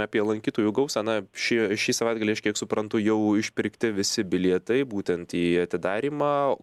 apie lankytojų gausą na šį šį savaitgalį aš kiek suprantu jau išpirkti visi bilietai būtent į atidarymą